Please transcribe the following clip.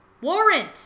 Warrant